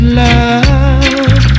love